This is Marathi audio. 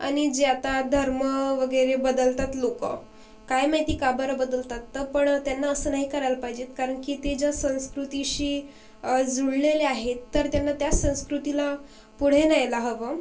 आणि जे आता धर्म वगैरे बदलतात लोक काय माहिती का बरं बदलतात तर पण त्यांना असं नाही करायल पाहिजे कारण की ते ज्या संस्कृतीशी जुळलेले आहेत तर त्यांना त्याच संस्कृतीला पुढे न्यायला हवं